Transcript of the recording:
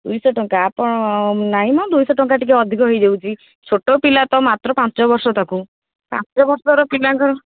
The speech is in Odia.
ଦୁଇଶହ ଟଙ୍କା ଆପଣ ନାଇଁ ମ ଦୁଇଶହ ଟଙ୍କା ଟିକିଏ ଅଧିକା ହେଇଯାଉଛି ଛୋଟପିଲା ତ ମାତ୍ର ପାଞ୍ଚ ବର୍ଷ ତାକୁ ପାଞ୍ଚ ବର୍ଷ ପିଲାଙ୍କର